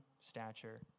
stature